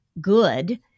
good